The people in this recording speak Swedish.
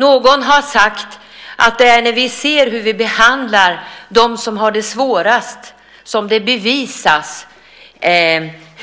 Någon har sagt att det är när vi ser hur vi behandlar dem som har det svårast som det bevisas